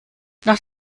nach